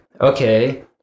okay